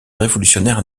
révolutionnaire